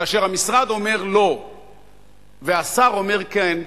כאשר המשרד אומר לא והשר אומר כן,